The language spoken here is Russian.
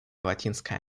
латинская